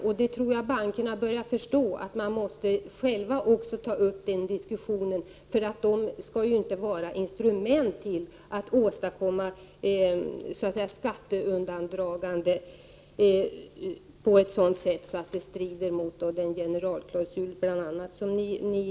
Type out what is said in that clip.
Jag tror att bankerna nu börjar förstå att också de själva måste börja diskutera etikfrågan, för bankerna kan inte få vara ett instrument för att uppmuntra till skatteundandragande på ett sätt som strider mot bl.a. den generalklausul som ni har genomfört.